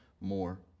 more